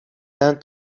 end